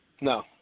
No